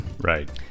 Right